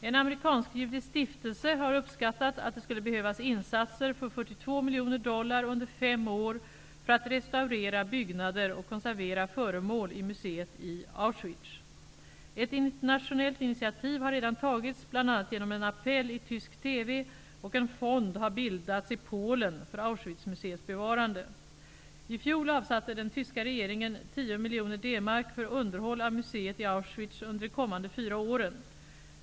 En amerikansk-judisk stiftelse har uppskattat att det skulle behövas insatser för 42 miljoner dollar under fem år för att restaurera byggnader och konservera föremål i museet i Auschwitz. Ett internationellt initiativ har redan tagits -- bl.a. genom en appell i tysk TV -- och en fond har bildats i Polen för Auschwitzmuseets bevarande. I fjol avsatte den tyska regeringen 10 miljoner D mark för underhåll av museet i Auschwitz under de kommande fyra åren.